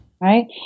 right